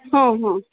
ಹಾಂ ಹಾಂ